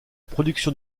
production